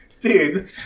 Dude